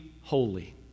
holy